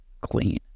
clean